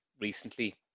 recently